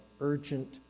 urgent